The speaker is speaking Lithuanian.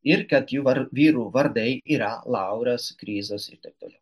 ir kad jų var vyrų vardai yra lauras krizas ir taip toliau